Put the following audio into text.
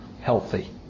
Healthy